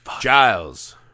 Giles